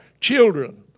children